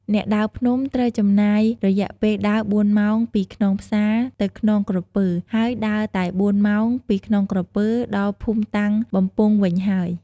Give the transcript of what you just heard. អ្នកដើរភ្នំ ត្រូវចំណាយរយៈពេលដើរ៤ម៉ោងពីខ្នងផ្សាទៅខ្នងក្រពើ ហើយដើរតែ៤ម៉ោងពីខ្នងក្រពើដល់ភូមិតាំងបំពង់វិញហើយ។